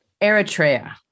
Eritrea